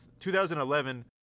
2011